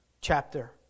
chapter